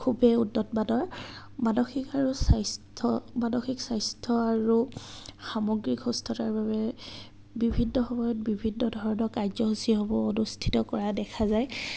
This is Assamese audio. খুবেই উন্নত মানৰ মানসিক আৰু স্বাস্থ্য মানসিক স্বাস্থ্য আৰু সামগ্ৰীক সুস্থতাৰ বাবে বিভিন্ন সময়ত বিভিন্ন ধৰণৰ কাৰ্যসূচীসমূহ অনুষ্ঠিত কৰা দেখা যায়